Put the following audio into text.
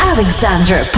Alexander